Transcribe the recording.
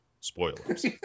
Spoilers